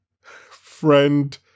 Friend